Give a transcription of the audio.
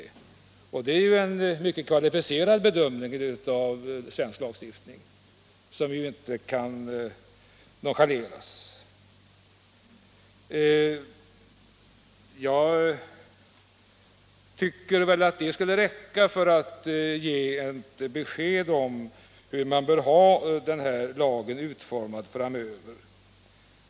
Det är ju en mycket kvalificerad bedömning av svensk lagstiftning, som inte kan nonchaleras. Jag tycker att det skulle räcka för att ge ett besked om hur man bör ha lagen utformad framöver.